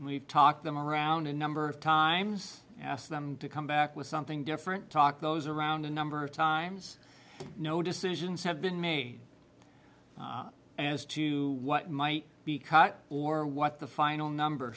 we've talked them around a number of times asked them to come back with something different talk those around a number of times no decisions have been made as to what might be cut or what the final number